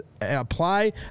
apply